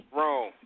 Wrong